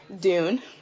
Dune